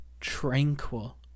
tranquil